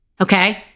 Okay